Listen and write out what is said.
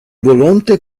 volonte